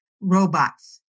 robots